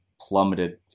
plummeted